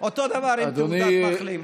אותו דבר עם תעודת מחלים.